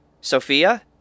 Sophia